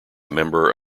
member